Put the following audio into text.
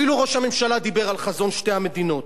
אפילו ראש הממשלה דיבר על חזון שתי המדינות,